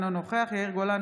אינו נוכח יאיר גולן,